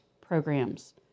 programs